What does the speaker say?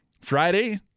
Friday